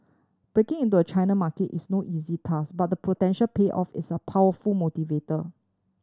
breaking into a China market is no easy task but the potential payoff is a powerful motivator